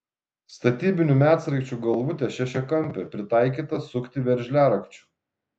statybinių medsraigčių galvutė šešiakampė pritaikyta sukti veržliarakčiu